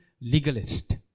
legalist